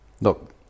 Look